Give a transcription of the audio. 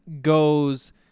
goes